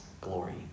glory